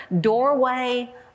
doorway